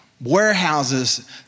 warehouses